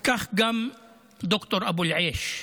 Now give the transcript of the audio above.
כך גם ד"ר אבו אל-עיש.